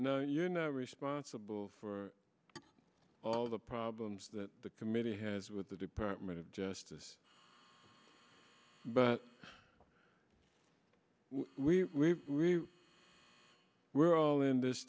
know you're not responsible for all the problems that the committee has with the department of justice but we were all in this